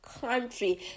country